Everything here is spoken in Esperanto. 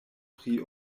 pri